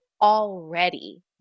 already